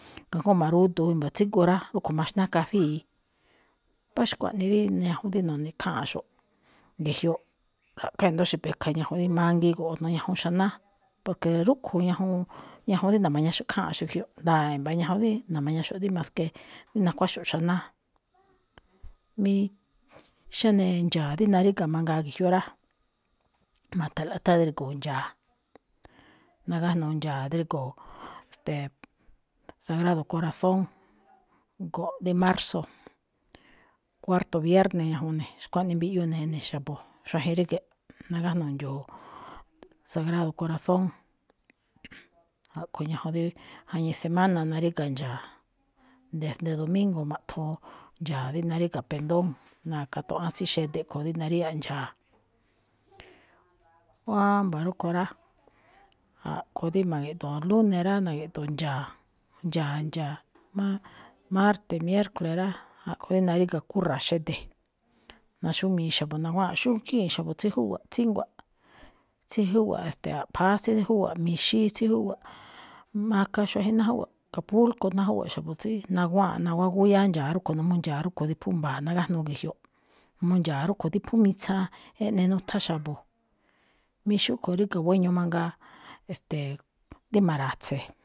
Kajngó ma̱radu̱u i̱mba̱ tsígu rá, rúꞌkho̱ maxná kafíi. Mbá xkuaꞌnii dí ñajun dí no̱ne̱ kháanꞌxo̱ꞌ ge̱jyoꞌ, ra̱ꞌkhá i̱ndo̱ó xa̱bekha ñajun rí mangiin go̱ꞌo̱ nu̱ñajun xanáá, porque rúꞌkho̱ ñajuun ñajun rí na̱ma̱ñaꞌxo̱ꞌ kháanꞌxo̱ꞌ jyoꞌ. Nda̱a̱ i̱mba̱ ñajun rí na̱ma̱ñaxo̱ꞌ dí maske rí nakuáxo̱ꞌ xanáá. mí xáne ndxa̱a̱ rí naríga̱ mangaa rá, ma̱tha̱nꞌlaꞌ tháan drígo̱o̱ ndxa̱a̱, nagájnuu ndxa̱a̱ drígo̱o̱, ste̱e̱, sagrado corazón go̱nꞌ dí marzo, cuarto vierne ñajuun ne̱, xkuaꞌnii mbiꞌyuu ne̱ ene̱ xa̱bo̱ xuajen ríge̱ꞌ, nagájnuu ndxo̱o̱ sagrado corazón, a̱ꞌkho̱ ñajuun rí jañii semana nríga̱ ndxa̱a̱, desde domingo ma̱ꞌthoo ndxa̱a̱ rí naríga̱ pendón, na̱ka̱tuaꞌán tsí xede̱ kho̱ rí naríya̱ꞌ ndxa̱a̱. wámba̱ rúꞌkho̱ rá, a̱ꞌkho̱ dí ma̱gi̱ꞌdu̱u̱n lune rá, na̱gi̱ꞌdu̱u̱n ndxa̱a̱, ndxa̱a̱, ndxa̱a̱ má marte, miércole rá, a̱ꞌkho̱ dí naríga̱ kúra̱a̱ xede̱, naxúmii xa̱bo̱ naguꞌwáanꞌ. Xúgíin xa̱bo̱ tsí júwa̱ꞌ tsíngua̱ꞌ, tsí júwa̱ꞌ, e̱ste̱e̱. A̱ꞌpha̱á tsí júwa̱ꞌ mixíí, tsí júwa̱ꞌ maka xuajen ná júwa̱ꞌ, acapulco ná júwa̱ꞌ xa̱bo̱ tsí naguwáanꞌ, naguwá gúyáá ndxa̱a̱ rúꞌkho̱, n uu ndxa̱a̱ rúꞌkho̱ dí phú mba̱a̱ nagájnuu ge̱jyoꞌ, n uu ndxa̱a̱ rúꞌkho̱ dí phú mitsaan eꞌne nuthan xa̱bo̱. Mí xúꞌkho̱ ríga̱ guéño mangaa, e̱ste̱e̱, rí ma̱ra̱tse̱.